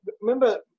remember